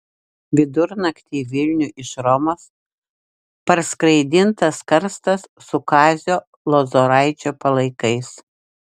vidurnaktį į vilnių iš romos parskraidintas karstas su kazio lozoraičio palaikais